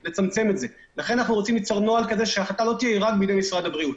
הצענו נוסח שההחלטה תהיה בתיאום עם ראש השירות.